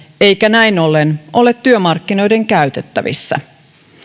eikä näin ollen ole työmarkkinoiden käytettävissä